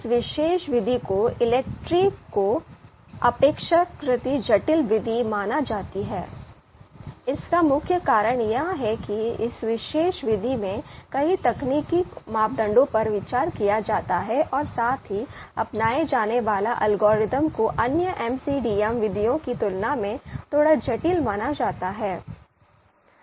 इस विशेष विधि को ELECTRE को अपेक्षाकृत जटिल विधि माना जाता है इसका मुख्य कारण यह है कि इस विशेष विधि में कई तकनीकी मापदंडों पर विचार किया जाता है और साथ ही अपनाए जाने वाले एल्गोरिदम को अन्य MCDM विधियों की तुलना में थोड़ा जटिल माना जाता है